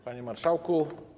Panie Marszałku!